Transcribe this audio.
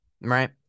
right